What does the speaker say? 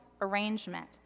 arrangement